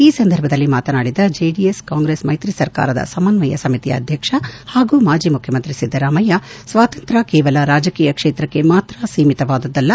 ಈ ಸಂದರ್ಭದಲ್ಲಿ ಮಾತನಾಡಿದ ಜೆಡಿಎಸ್ ಕಾಂಗ್ರೆಸ್ ಮೈತ್ರಿ ಸರ್ಕಾರದ ಸಮನ್ನಯ ಸಮಿತಿಯ ಅಧ್ಯಕ್ಷ ಹಾಗೂ ಮಾಜಿ ಮುಖ್ಯಮಂತ್ರಿ ಸಿದ್ದರಾಮಯ್ಯ ಸ್ವಾತಂತ್ರ್ಯ ಕೇವಲ ರಾಜಕೀಯ ಕ್ಷೇತ್ರಕ್ಕೆ ಮಾತ್ರ ಸೀಮಿತವಾದದ್ದಲ್ಲ